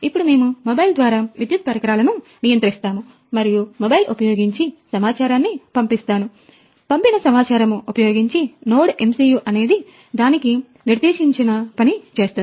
ఇప్పుడు మేము మొబైల్ ద్వారా విద్యుత్ పరికరాలను నియంత్రిస్తాము మరియు మొబైల్ ఉపయోగించి సమాచారాన్ని పంపిస్తాను పంపిన సమాచారము ఉపయోగించి NodeMCU అనేది దానికి నిర్దేశించిన పనిచేస్తుంది